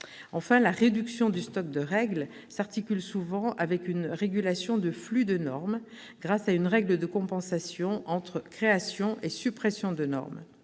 Enfin, la réduction du stock de règles s'articule souvent avec une régulation du flux de normes, grâce à une règle de compensation entre création et suppression de normes.